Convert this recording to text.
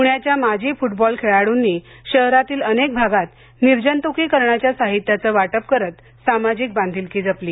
पुण्याच्या माजी फुटबाल खेळाडूंनी शहरातील अनेक भागात निर्जंतुकीकारणाच्या साहीत्याचं वाटप करत सामाजिक बांधिलकी जपली